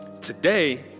Today